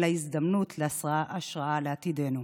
אלא כהזדמנות להשראה לעתידנו.